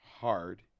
hard